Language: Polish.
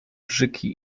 brzyki